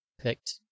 picked